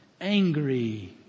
angry